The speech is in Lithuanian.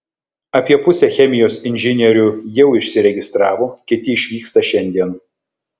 apie pusę chemijos inžinierių jau išsiregistravo kiti išvyksta šiandien